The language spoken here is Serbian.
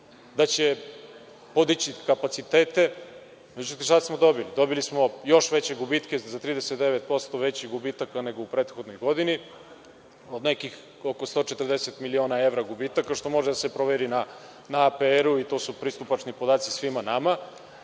da će podići kapacitete, međutim, šta smo dobili? Dobili smo još veće gubitke, za 39% veće gubitke nego u prethodnoj godini, od nekih 140 miliona evra gubitaka, što može da se proveri na APR-u, to su pristupačni podaci svima nama,